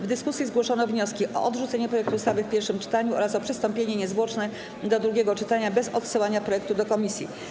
W dyskusji zgłoszono wnioski: o odrzucenie projektu ustawy w pierwszym czytaniu oraz o przystąpienie niezwłocznie do drugiego czytania bez odsyłania projektu do komisji.